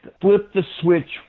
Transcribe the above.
flip-the-switch